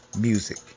music